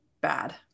bad